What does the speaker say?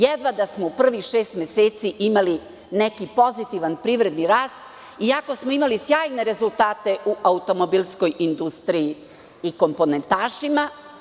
Jedva da smo u prvih šest meseci imali neki pozitivan privredni rast, iako smo imali sjajne rezultate u automobilskoj industriji i komponentašima.